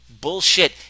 bullshit